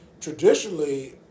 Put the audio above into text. traditionally